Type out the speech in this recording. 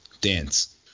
dance